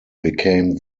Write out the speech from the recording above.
became